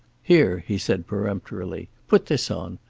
here, he said peremptorily, put this on.